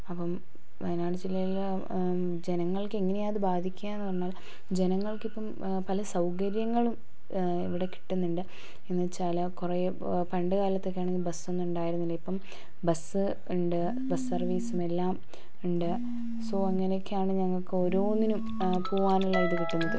അപ്പം വയനാട് ജില്ലയിലെ ജനങ്ങൾക്ക് എങ്ങനെയാണ് അത് ബാധിക്കുക എന്നു പറഞ്ഞാൽ ജനങ്ങൾക്കിപ്പം പല സൗകര്യങ്ങളും ഇവിടെ കിട്ടുന്നുണ്ട് എന്നു വെച്ചാൽ കുറേ പണ്ടുകാലത്തൊക്കെ ആണെങ്കിൽ ബസ്സ് ഒന്നും ഉണ്ടായിരുന്നില്ല ഇപ്പം ബസ്സ് ഉണ്ട് ബസ്സ് സർവീസും എല്ലാം ഉണ്ട് സോ അങ്ങനൊക്കെയാണ് ഞങ്ങൾക്ക് ഓരോന്നിനും പോകാനുള്ള ഇത് കിട്ടുന്നത്